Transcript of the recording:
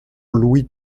louis